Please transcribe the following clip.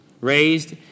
raised